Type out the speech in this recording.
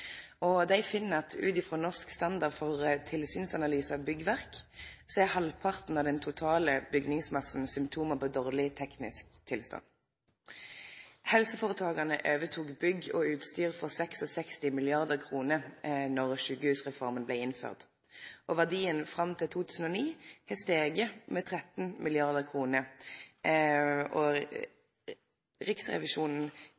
bygningsmasse. Dei finn at ut frå norsk standard for tilsynsanalyse av byggverk har halvparten av den totale bygningsmassen symptom på dårleg teknisk tilstand. Helseføretaka overtok bygg og utstyr for 66 mrd. kr då sjukehusreforma blei innført, og verdien fram til 2009 har stige med 13